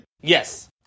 Yes